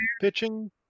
pitching